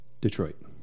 Detroit